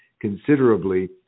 considerably